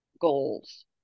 goals